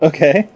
Okay